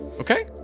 okay